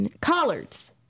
Collards